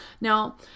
Now